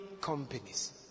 companies